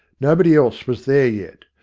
nobody else was there yet,